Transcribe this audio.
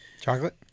Chocolate